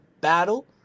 battle